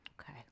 Okay